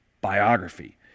biography